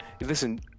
listen